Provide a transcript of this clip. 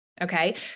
Okay